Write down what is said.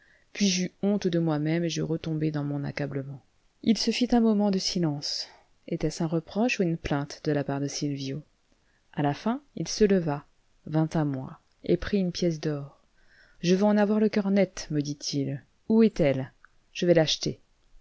puis j'eus honte de moi-même et je retombai dans mon accablement il se fit un moment de silence était-ce un reproche ou une plainte de la part de sylvio à la fin il se leva vint à moi et prit une pièce d'or je veux en avoir le coeur net me dit-il où est-elle je vais l'acheter